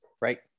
Right